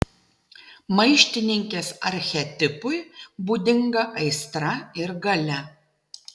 maištininkės archetipui būdinga aistra ir galia